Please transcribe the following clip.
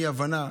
מאי-הבנה,